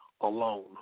alone